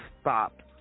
stop